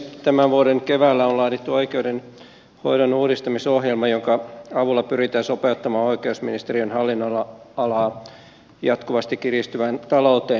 tämän vuoden keväällä on laadittu oikeudenhoidon uudistamisohjelma jonka avulla pyritään sopeuttamaan oikeusministeriön hallinnonalaa jatkuvasti kiristyvään talouteen